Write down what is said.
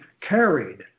carried